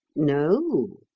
no,